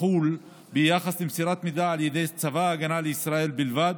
תחול ביחס למסירת מידע על ידי צבא ההגנה לישראל בלבד,